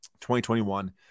2021